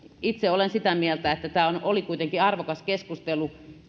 itse olen sitä mieltä että tämä oli kuitenkin arvokas keskustelu